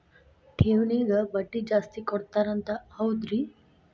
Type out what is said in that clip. ಠೇವಣಿಗ ಬಡ್ಡಿ ಜಾಸ್ತಿ ಕೊಡ್ತಾರಂತ ಹೌದ್ರಿ?